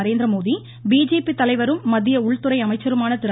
நரேந்திரமோடி பிஜேபித்தலைவரும் மத்திய உள்துறை அமைச்சருமான திரு